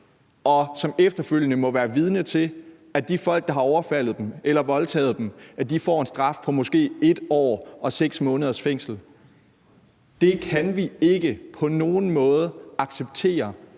og som efterfølgende må være vidne til, at de folk, der har overfaldet dem eller voldtaget dem, får en straf på måske 1 år og 6 måneders fængsel. Det kan vi ikke på nogen måde acceptere